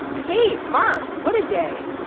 hey, mark, what a day.